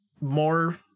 more